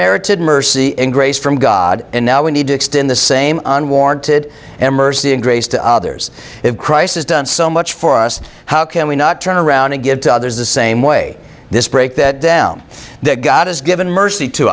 merited mercy and grace from god and now we need to extend the same unwarranted and mercy and grace to others if christ is done so much for us how can we not turn around and give to others the same way this break that down that god has given mercy to